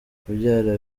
kubyara